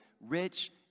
rich